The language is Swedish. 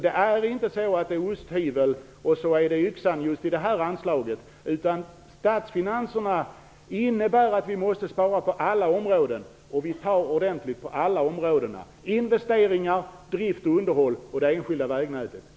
Det är inte så att vi beträffande just det här anslaget går fram med yxan men i övrigt med osthyveln, utan statsfinanserna kräver att vi måste spara ordentligt på alla områden, investeringar, drift och underhåll, även på det enskilda vägnätet.